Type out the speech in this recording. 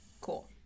Cool